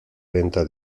venta